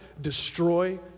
destroy